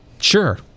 sure